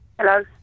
Hello